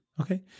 Okay